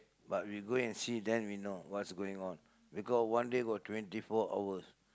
but we go and see then we know what is going on because one day got twenty four hours